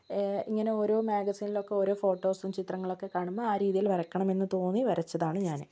ഇങ്ങനെ ഓരോ മാഗസീനിൽ ഒക്കെ ഓരോ ഫോട്ടോസും ചിത്രങ്ങളൊക്കെ കാണുമ്പോൾ ആ രീതിയിൽ വരയ്ക്കണമെന്ന് തോന്നി വരച്ചതാണ് ഞാൻ